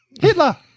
Hitler